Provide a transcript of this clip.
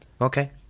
Okay